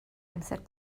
amser